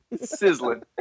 Sizzling